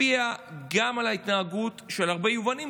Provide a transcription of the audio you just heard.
משפיע גם על ההתנהגות של הרבה יבואנים,